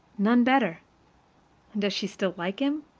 none better. and does she still like him?